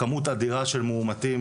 כמות אדירה של מאומתים.